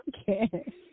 Okay